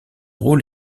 rôle